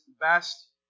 best